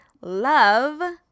love